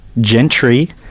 Gentry